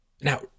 Now